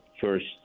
first